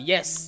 Yes